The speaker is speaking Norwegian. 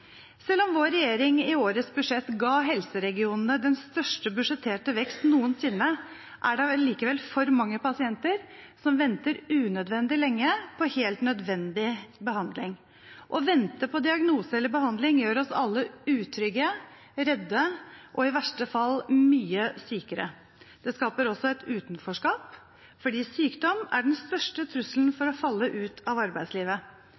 Selv om vår regjering i årets budsjett ga helseregionene den største budsjetterte vekst noensinne, er det allikevel for mange pasienter som venter unødvendig lenge på helt nødvendig behandling. Å vente på diagnose eller behandling gjør oss alle utrygge, redde og i verste fall mye sykere. Det skaper også et utenforskap, fordi sykdom er den største trusselen for å falle ut av arbeidslivet.